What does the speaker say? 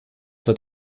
wird